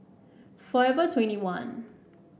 forever twenty one